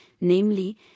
namely